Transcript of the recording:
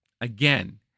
Again